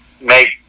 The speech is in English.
make